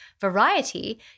variety